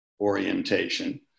orientation